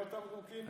לא תמרוקים ולא,